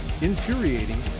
infuriating